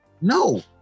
No